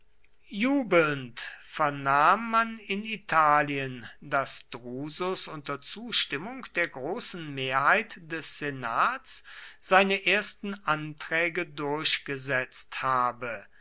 jubelnd vernahm man in italien daß drusus unter zustimmung der großen mehrheit des senats seine ersten anträge durchgesetzt habe